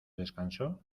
descanso